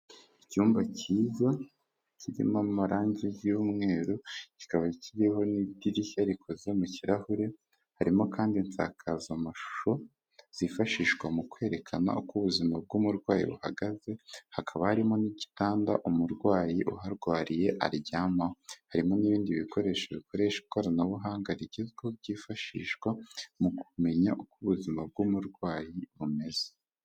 Icyumba cyiza kirimo amarangi y'umweru kikaba kiriho n'idirishya rikoze mu kirahure harimo kandi insakazamashusho zifashishwa mu kwerekana uko ubuzima bw'umurwayi buhagaze hakaba harimo n'igitanda umurwayi uharwariye aryamaho harimo n'ibindi bikoresho bikoresha ikoranabuhanga rigezweho byifashishwa mu kumenya uko ubuzima bw'umurwayi bumeze.